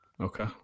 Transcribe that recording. Okay